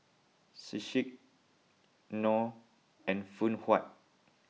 Schick Knorr and Phoon Huat